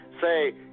Say